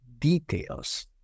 Details